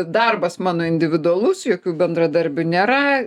darbas mano individualus jokių bendradarbių nėra